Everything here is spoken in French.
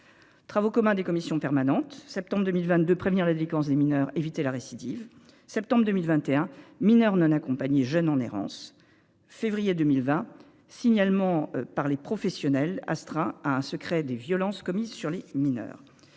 Travaux communs des commissions permanentes, septembre 2022. Prévenir la déliquance des mineurs éviter la récidive. Septembre 2021 mineurs non accompagnés, jeunes en errance, février 2020 signalement par les professionnels astreint à un secret des violences commises sur les mineurs.